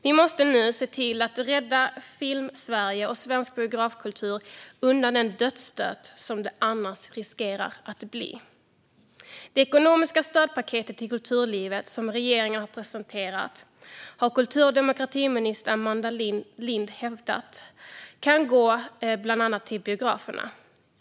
Vi måste nu se till att rädda Filmsverige och svensk biografkultur undan den dödsstöt som detta annars riskerar att bli. Det ekonomiska stödpaket till kulturlivet som regeringen har presenterat har kultur och demokratiminister Amanda Lind hävdat kan gå bland annat till biograferna.